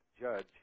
judge